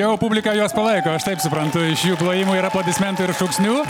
jau publika juos palaiko aš taip suprantu iš jų plojimų ir aplodismentų ir šūksnių